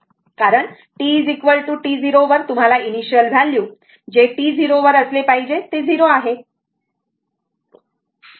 कारण t t 0 वर तुम्हाला इनिशिअल व्हॅल्यू जे t 0 वर असले पाहिजे ते 0 आहे